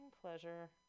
pleasure